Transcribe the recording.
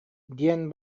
диэн